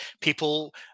people